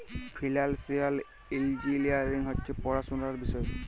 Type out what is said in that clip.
financial engineering হছে পড়াশুলার বিষয়